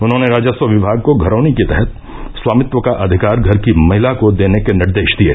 उन्होंने राजस्व विमाग को घरौनी के तहत स्वामित्व का अधिकार घर की महिला को देने के निर्देश दिये